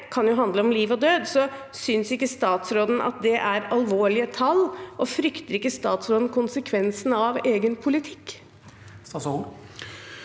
kan jo handle om liv og død. Synes ikke statsråden at det er alvorlige tall, og frykter ikke statsråden konsekvensen av egen politikk? Statsråd